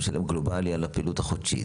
הוא משלם גלובלית על הפעילות החודשית.